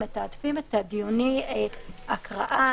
הם מתעדפים את דיוני ההקראה,